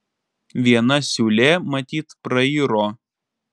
viena siūlė matyt prairo